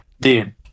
dude